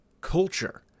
culture